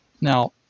now